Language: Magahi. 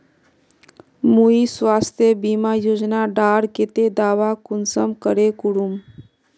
मुई स्वास्थ्य बीमा योजना डार केते दावा कुंसम करे करूम?